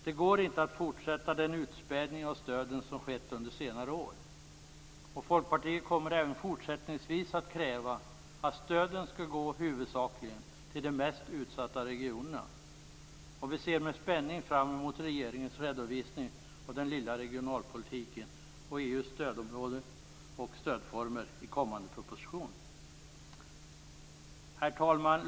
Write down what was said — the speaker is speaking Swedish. Det går inte att fortsätta med den utspädning av stöden som skett under senare år. Folkpartiet kommer även fortsättningsvis att kräva att stöden skall gå huvudsakligen till de mest utsatta regionerna. Vi ser med spänning fram emot regeringens redovisning av den lilla regionalpolitiken och EU:s stödområden och stödformer i kommande proposition. Herr talman!